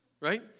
right